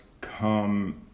come